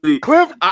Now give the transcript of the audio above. cliff